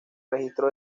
registro